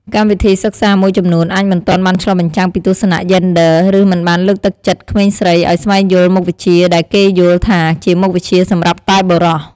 កម្មវិធីសិក្សាមួយចំនួនអាចមិនទាន់បានឆ្លុះបញ្ចាំងពីទស្សនៈយេនឌ័រ ឬមិនបានលើកទឹកចិត្តក្មេងស្រីឱ្យស្វែងយល់មុខវិជ្ជាដែលគេយល់ថាជាមុខវិជ្ជាសម្រាប់តែបុរស។